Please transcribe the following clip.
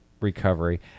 recovery